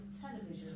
television